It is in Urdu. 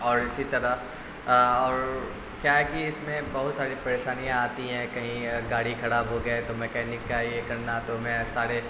اور اسی طرح اور کیا ہے کہ اس میں بہت ساری پریشانیاں آتی ہیں کہیں گاڑی خراب ہو گئی تو مکینک کا یہ کرنا تو میں سارے